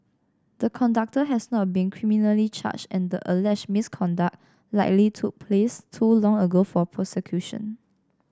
the conductor has not been criminally charged and the alleged misconduct likely took place too long ago for prosecution